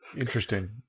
interesting